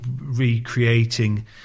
recreating